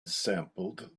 sampled